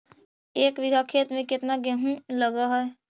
एक बिघा खेत में केतना गेहूं लग है?